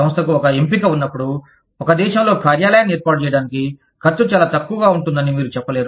సంస్థకు ఒక ఎంపిక ఉన్నప్పుడు ఒక దేశంలో కార్యాలయాన్ని ఏర్పాటు చేయటానికి ఖర్చు చాలా తక్కువగా ఉంటుందని మీరు చెప్పలేరు